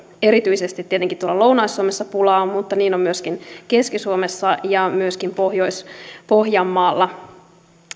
erityisesti tietenkin lounais suomessa pulaa mutta niin on myöskin keski suomessa ja myöskin pohjois pohjanmaalla